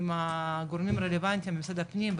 עם הגורמים הרלוונטיים במשרד הפנים,